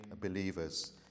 believers